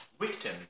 victim